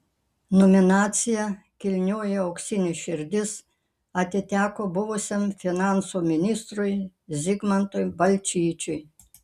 nominacija kilnioji auksinė širdis atiteko buvusiam finansų ministrui zigmantui balčyčiui